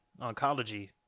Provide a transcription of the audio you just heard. oncology